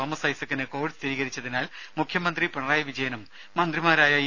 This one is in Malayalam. തോമസ് ഐസകിന് കോവിഡ് സ്ഥിരീകരിച്ചതിനാൽ മുഖ്യമന്ത്രി പിണറായി വിജയനും മന്ത്രിമാരായ ഇ